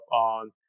on